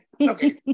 okay